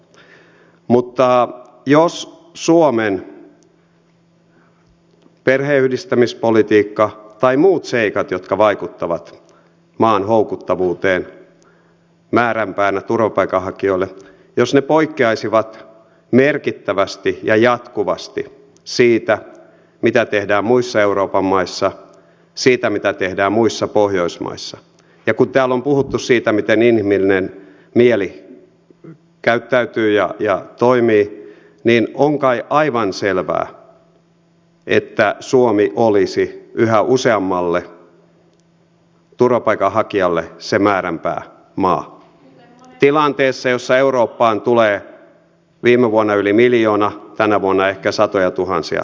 mutta jos suomen perheenyhdistämispolitiikka tai muut seikat jotka vaikuttavat maan houkuttavuuteen määränpäänä turvapaikanhakijoille poikkeaisivat merkittävästi ja jatkuvasti siitä mitä tehdään muissa euroopan maissa ja siitä mitä tehdään muissa pohjoismaissa ja kun täällä on puhuttu siitä miten inhimillinen mieli käyttäytyy ja toimii niin on kai aivan selvää että suomi olisi yhä useammalle turvapaikanhakijalle se määränpäämaa tilanteessa jossa eurooppaan tulee viime vuonna yli miljoona tänä vuonna ehkä satojatuhansia turvapaikanhakijoita